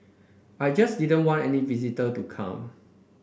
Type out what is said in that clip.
I just didn't want any visitor to come